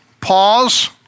Pause